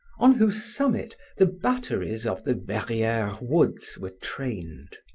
on whose summit the batteries of the verrieres woods were trained.